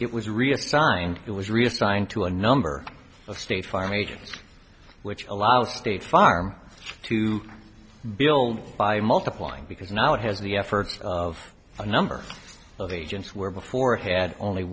it was reassigned it was reassigned to a number of state farm agents which allowed state farm to build by multiplying because now it has the efforts of a number of agents where before had only